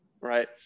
right